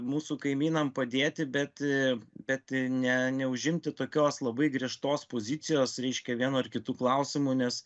mūsų kaimynam padėti bet bet ne neužimti tokios labai griežtos pozicijos reiškia vienu ar kitu klausimu nes